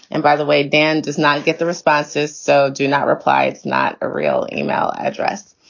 and by the way, dan does not get the responses, so do not reply. not a real email address.